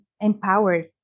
empowered